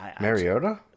Mariota